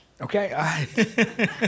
okay